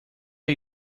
are